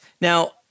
Now